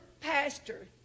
pastor